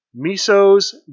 Miso's